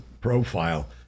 profile